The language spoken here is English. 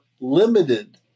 limited